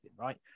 right